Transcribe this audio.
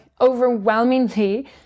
overwhelmingly